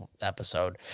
episode